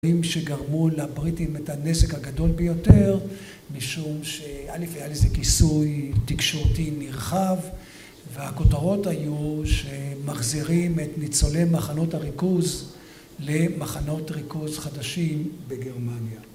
שגרמו לבריטים את הנזק הגדול ביותר, משום שא' היה לזה כיסוי תקשורתי נרחב, והכותרות היו שמחזירים את ניצולי מחנות הריכוז למחנות ריכוז חדשים בגרמניה